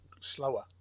slower